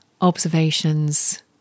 observations